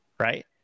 right